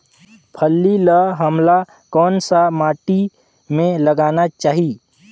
फल्ली ल हमला कौन सा माटी मे लगाना चाही?